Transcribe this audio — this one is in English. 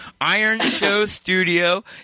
Ironshowstudio